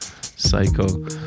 Psycho